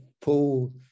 paul